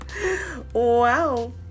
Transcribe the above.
Wow